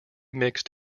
mixed